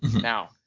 now